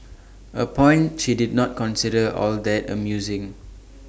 A point she did not consider all that amusing